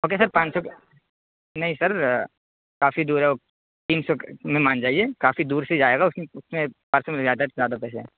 okay sir پانچ سو روپیہ نہیں سر کافی دور ہے تین سو میں مان جائیے کافی دور سے جائے گا اس میں پارسل میں زیادہ سے زیادہ پیسے ہیں